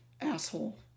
asshole